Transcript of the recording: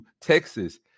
Texas